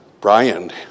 Brian